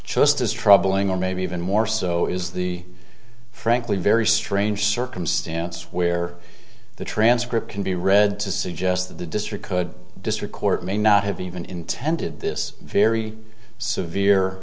just as troubling or maybe even more so is the frankly very strange circumstance where the transcript can be read to suggest that the district could district court may not have even intended this very severe